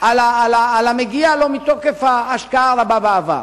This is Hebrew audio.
על המגיע לו מתוקף ההשקעה הרבה בעבר.